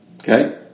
okay